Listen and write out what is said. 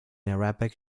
arabic